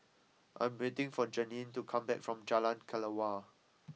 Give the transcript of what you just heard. I'm waiting for Jeanine to come back from Jalan Kelawar